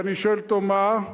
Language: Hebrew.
אני שואל אותו: מה?